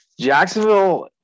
Jacksonville